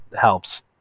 helps